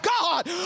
God